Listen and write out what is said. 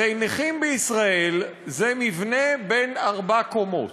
הרי נכים בישראל זה מבנה בן ארבע קומות: